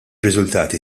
riżultati